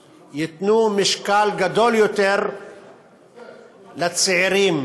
שמענו את הצעת החוק שהציע חבר הכנסת מאיר כהן,